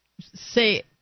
say